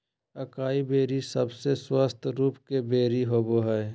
acai berry सबसे स्वस्थ रूप के बेरी होबय हइ